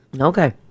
Okay